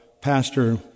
pastor